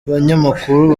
banyamakuru